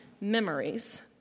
memories